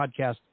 podcast